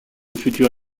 futur